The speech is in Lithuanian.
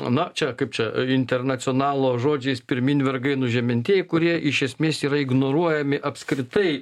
na čia kaip čia internacionalo žodžiais pirmyn vergai nužemintieji kurie iš esmės yra ignoruojami apskritai